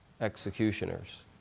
executioners